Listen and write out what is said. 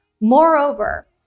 Moreover